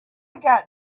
got